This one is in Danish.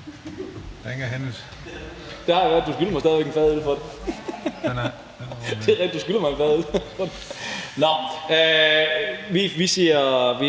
Vi